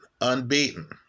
unbeaten